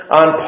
on